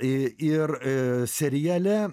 i ir seriale